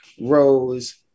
rose